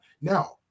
Now